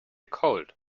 cold